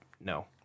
no